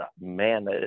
man